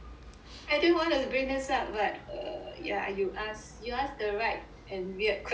I didn't want to bring this up but err yeah you ask you ask the right and weird question